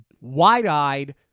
Wide-eyed